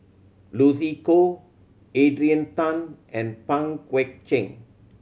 Lucy Koh Adrian Tan and Pang Guek Cheng